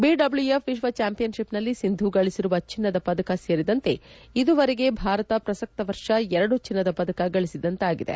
BWF ವಿಶ್ವ ಚಾಂಪಿಯನ್ಷಿಪ್ನಲ್ಲಿ ಸಿಂಧು ಗಳಿಸಿರುವ ಚಿನ್ನದ ಪದಕ ಸೇರಿದಂತೆ ಇದುವರೆಗೆ ಭಾರತ ಪ್ರಸಕ್ತ ವರ್ಷ ಎರಡು ಚಿನ್ನದ ಪದಕ ಗಳಿಸಿದಂತಾಗಿದೆ